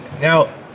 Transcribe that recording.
now